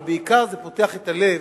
אבל בעיקר זה פותח את הלב